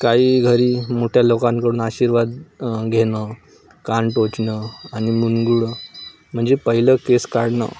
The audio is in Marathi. काही घरी मोठ्या लोकांकडून आशीर्वाद घेणं कान टोचणं आणि मुनगुळं म्हणजे पहिलं केस काढणं